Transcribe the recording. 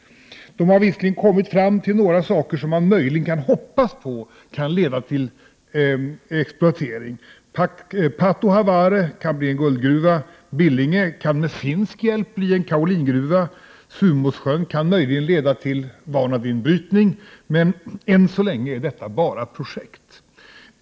NSG har visserligen kommit fram till några saker som man möjligen kan hoppas leder till exploatering. Projektet i Pathohavare kan bli en guldgruva, projektet i Billinge kan med finsk hjälp bli en kaolingruva, och projektet i Sumåssjön kan möjligen leda till vanadinbrytning, men än så länge är det bara fråga om projekt.